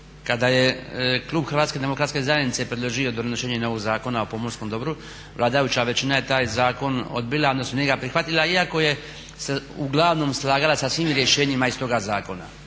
Kada je klub HDZ-a predložio donošenje novog Zakona o pomorskom dobru vladajuća većina je taj zakon odbila odnosno nije ga prihvatila iako se uglavnom slagala sa svim rješenjima iz toga zakona.